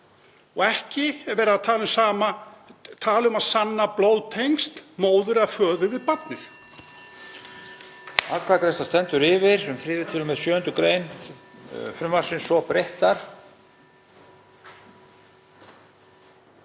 og ekki er verið að tala um að sanna blóðtengsl móður eða föður við barnið.